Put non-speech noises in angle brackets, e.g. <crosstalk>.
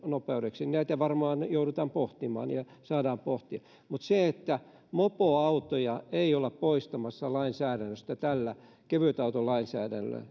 nopeudeksi näitä varmaan joudutaan pohtimaan ja saadaan pohtia mutta mopoautoja ei olla poistamassa lainsäädännöstä tällä kevytautolainsäädännöllä <unintelligible>